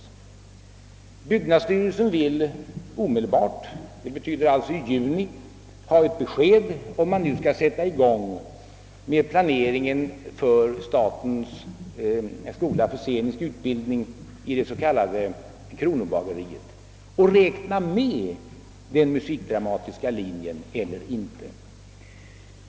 Byggnadsstyrelsen vill omedelbart i juni ha ett besked, om man vid planeringen för statens skola för scenisk utbildning i det s.k. Kronobageriet skall räkna med den musikdramatiska linjen eller inte.